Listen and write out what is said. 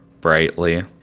brightly